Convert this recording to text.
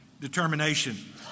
Determination